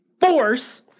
force